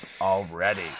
already